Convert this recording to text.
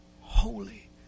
holy